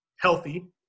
healthy